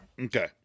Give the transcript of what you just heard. Okay